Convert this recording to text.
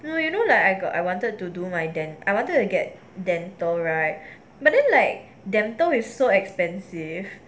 you know you know like I got I wanted to do my then I wanted to get dental right but then like dental is so expensive